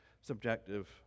subjective